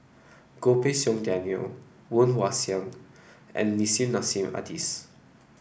Goh Pei Siong Daniel Woon Wah Siang and Nissim Nassim Adis